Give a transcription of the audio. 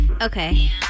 Okay